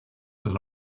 that